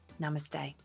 namaste